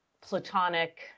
platonic